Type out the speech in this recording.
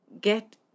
get